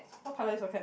what colour is your cat